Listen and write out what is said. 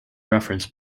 reference